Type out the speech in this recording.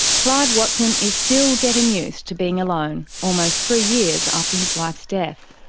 clive watson is still getting used to being alone, almost three years after his wife's death.